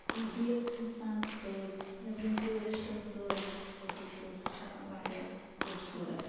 بیٚیِس اِنسانَس سۭتۍ نیٚبرِم ٹورِسٹَن سۭتۍ فوٹو شوٗٹ سُہ چھُ آسان واریاہ خوٗبصورَت